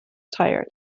tired